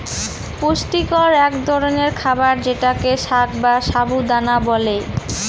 পুষ্টিকর এক ধরনের খাবার যেটাকে সাগ বা সাবু দানা বলে